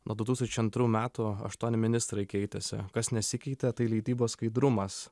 nuo du tūkstančiai antrų metų aštuoni ministrai keitėsi kas nesikeitė tai leidybos skaidrumas